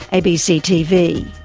abc tv.